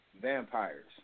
vampires